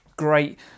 Great